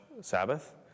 Sabbath